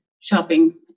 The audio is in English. Shopping